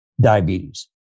diabetes